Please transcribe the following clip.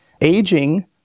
Aging